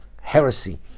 heresy